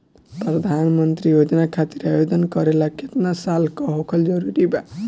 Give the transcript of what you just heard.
प्रधानमंत्री योजना खातिर आवेदन करे ला केतना साल क होखल जरूरी बा?